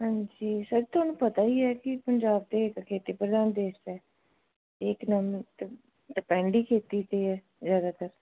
ਹਾਂਜੀ ਸਰ ਤੁਹਾਨੂੰ ਪਤਾ ਹੀ ਹੈ ਕਿ ਪੰਜਾਬ ਤਾਂ ਇੱਕ ਖੇਤੀ ਪ੍ਰਧਾਨ ਦੇਸ਼ ਹੈ ਇਹ ਇੱਕਦਮ ਡ ਡਿਪੈਂਡ ਹੀ ਖੇਤੀ 'ਤੇ ਹੈ ਜ਼ਿਆਦਾਤਰ